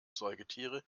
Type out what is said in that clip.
säugetiere